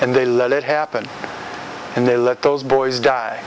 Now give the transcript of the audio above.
and they let it happen and they let those boys die